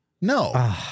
No